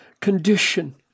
condition